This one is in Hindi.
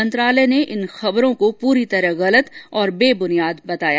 मंत्रालय ने इन खबरों को पूरी तरह गलत और बे ब्र्नियाद बताया